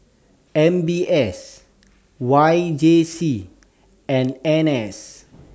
M B S Y J C and N S